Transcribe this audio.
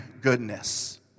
goodness